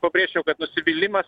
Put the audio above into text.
pabrėžčiau kad nusivylimas